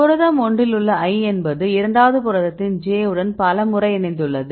புரதம் ஒன்றில் உள்ள i என்பது இரண்டாவது புரதத்தின் j உடன் பலமுறை இணைந்துள்ளது